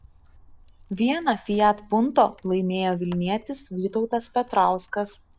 vieną fiat punto laimėjo vilnietis vytautas petrauskas